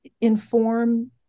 inform